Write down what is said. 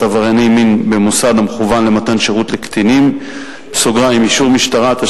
עברייני מין במוסד המכוון למתן שירות לקטינים (אישור משטרה),